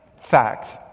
fact